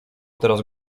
teraz